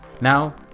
Now